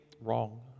wrong